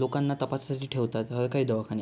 लोकांना तपासासाठी ठेवतात हर काही दवाखान्यात